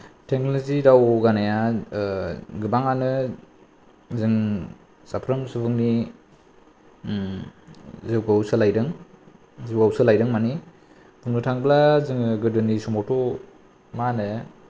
technology दावगानाया गोबाङानो जों साफ्रोमबो सुबुंनि जिउखौ सोलायदों जिउआव सोलायदों माने बुंनो थाङोब्ला जोङो गोदोनि समावथ' मा होनो